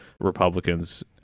Republicans